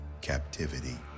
captivity